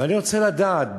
ואני רוצה לדעת,